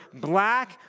black